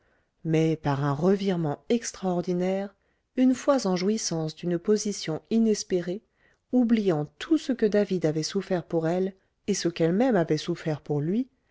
mais par un revirement extraordinaire une fois en jouissance d'une position inespérée oubliant tout ce que david avait souffert pour elle et ce qu'elle-même avait souffert pour lui